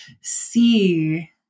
see